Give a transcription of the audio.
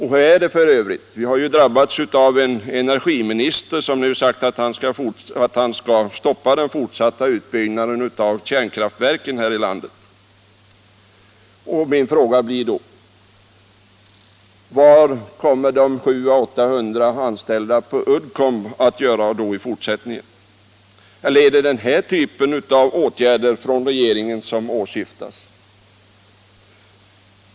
Hur är det — vi har ju drabbats av en energiminister som sagt att han skall stoppa den fortsatta utbygganden av kärnkraftverken här i landet. Min fråga blir då: Vad skall då de 700-800 anställda på Uddcomb syssla med i fortsättningen? Är det den typen av åtgärder från regeringen som åsyftas?